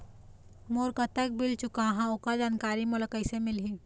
मोर कतक बिल चुकाहां ओकर जानकारी मोला कैसे मिलही?